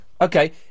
Okay